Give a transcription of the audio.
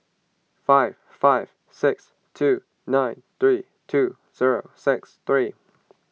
five five six two nine three two zero six three